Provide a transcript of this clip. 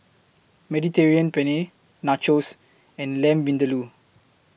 Mediterranean Penne Nachos and Lamb Vindaloo